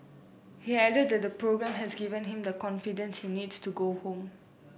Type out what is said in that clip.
he added that the programme has given him the confidence he needs to go home